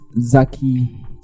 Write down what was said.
zaki